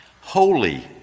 Holy